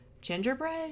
Gingerbread